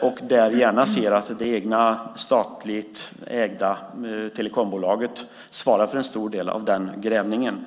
- och gärna ser att det egna, statligt ägda, telekombolaget svarar för en stor del av den grävningen.